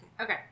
Okay